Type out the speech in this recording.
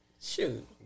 Shoot